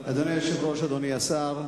אדוני היושב-ראש, אדוני השר,